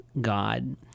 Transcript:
God